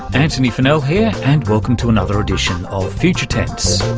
antony funnell here, and welcome to another edition of future tense.